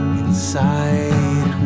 inside